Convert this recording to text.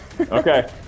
Okay